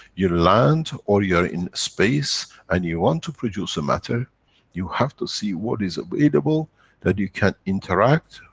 you land or you're in space and you want to produce a matter you have to see what is available that you can interact,